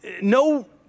no